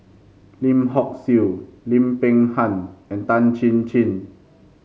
Lim Hock Siew Lim Peng Han and Tan Chin Chin